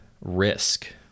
risk